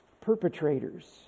perpetrators